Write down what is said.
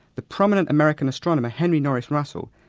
the prominent american astronomer, henry norris-russell,